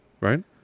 right